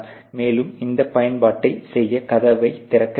மேலும் இந்த பயன்பாட்டை செய்ய கதவை திறக்க வேண்டும்